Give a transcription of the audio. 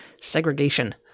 segregation